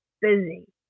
busy